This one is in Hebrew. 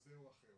כזה או אחר,